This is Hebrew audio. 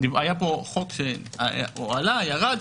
היה פה חוק שעלה וירד.